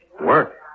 Work